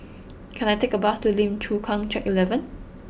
can I take a bus to Lim Chu Kang Track Eleven